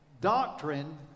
doctrine